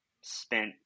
spent